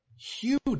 Huge